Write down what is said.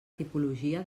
tipologia